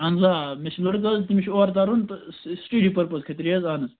اَہَن حظ آ مےٚ چھِ لَڑکہٕ حظ تٔمِس چھِ اور تَرُن سِٹڈی پٔرپَز خٲطرٕ حظ اَہَن حظ